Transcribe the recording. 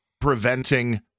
preventing